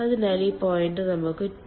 അതിനാൽ ഈ പോയിന്റ് നമുക്ക് 2162